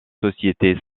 sociétés